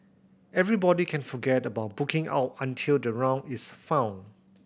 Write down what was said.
everybody can forget about booking out until the round is found